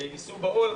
יישאו בעול.